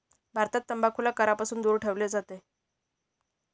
भारतात तंबाखूला करापासून दूर ठेवले जाते